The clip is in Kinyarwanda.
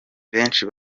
benshi